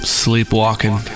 sleepwalking